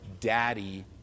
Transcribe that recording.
daddy